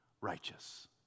righteous